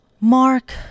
Mark